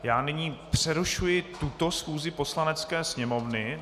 Já nyní přerušuji tuto schůzi Poslanecké sněmovny.